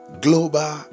Global